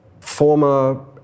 former